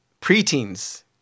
preteens